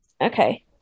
Okay